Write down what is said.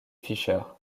fischer